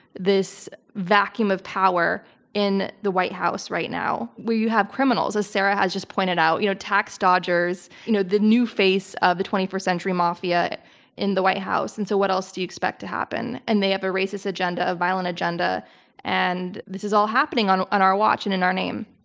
this vacuum of power in the white house right now, where you have criminals, as sarah has just pointed out, you know tax dodgers, you know the new face of the twenty first century mafia in the white house and so what else do you expect to happen and they have a racist agenda, a violent agenda and this is all happening on on our watch and in our name.